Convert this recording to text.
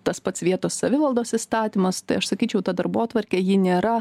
tas pats vietos savivaldos įstatymas tai aš sakyčiau ta darbotvarkė ji nėra